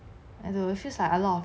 I feels like like a lot